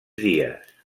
dies